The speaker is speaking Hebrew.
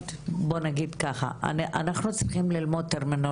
טרמינולוגיה שאנחנו לא מכירות ביומיום.